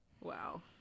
Wow